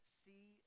see